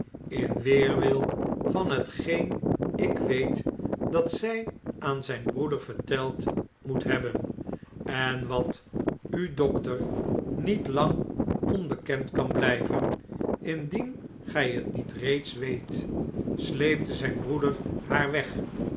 in weerwil van hetgeen ik weet dat zg aan zijn broeder verteld moet hebben en wat u dokter niet lang onbekend kan bljjven indien gij het niet reeds weet sleepte zh'n broeder haar weg